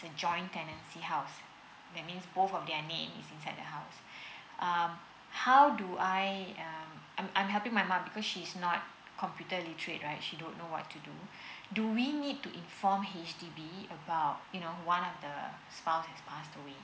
joint tenancy house that means both of their name is inside their house um how do I um I'm helping my mom because she's not computer literate right she don't know what to do do we need to inform H_D_B about you know one of the spouse passed away